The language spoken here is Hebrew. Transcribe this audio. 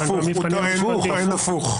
הוא טוען הפוך.